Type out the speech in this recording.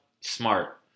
smart